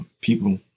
people